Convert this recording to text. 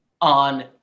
on